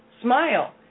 smile